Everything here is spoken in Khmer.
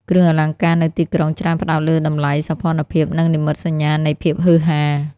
គ្រឿងអលង្ការនៅទីក្រុងច្រើនផ្តោតលើតម្លៃ សោភ័ណភាព និងនិមិត្តសញ្ញានៃភាពហ៊ឺហា។